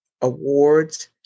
awards